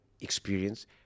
experience